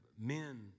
men